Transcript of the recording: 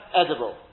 edible